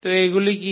তো এগুলি কি